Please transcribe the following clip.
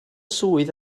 swydd